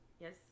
Yes